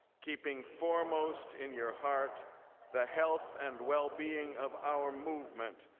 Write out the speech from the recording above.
keeping foremost in your heart the health and well-being of our movement,